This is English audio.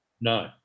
No